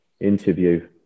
interview